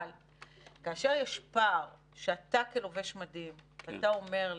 אבל כאשר יש פער שאתה כלובש מדים אומר לי: